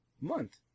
month